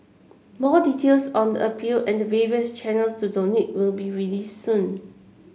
more details on the appeal and the various channels to donate will be released soon